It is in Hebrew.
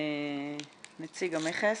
נציג המכס.